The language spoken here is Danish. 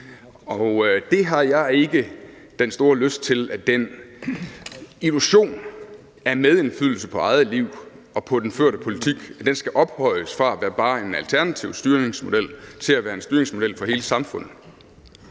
Jeg har ikke den store lyst til, at den illusion af medindflydelse på eget liv og på den førte politik skal ophøjes fra bare at være en alternativ styringsmodel til at være en styringsmodel for hele samfundet.